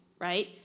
right